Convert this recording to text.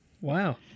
Wow